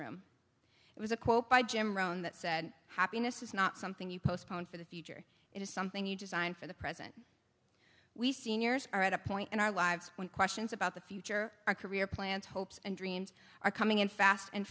room it was a quote by jim rome that said happiness is not something you postpone for the future it is something you design for the present we seniors are at a point in our lives when questions about the future our career plans hopes and dreams are coming in fast and